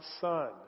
son